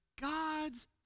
God's